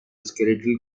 skeletal